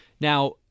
Now